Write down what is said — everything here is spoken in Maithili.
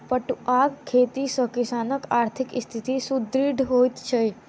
पटुआक खेती सॅ किसानकआर्थिक स्थिति सुदृढ़ होइत छै